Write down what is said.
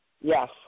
Yes